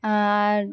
আর